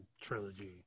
trilogy